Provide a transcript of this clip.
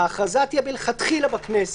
ההכרזה תהיה מלכתחילה בכנסת.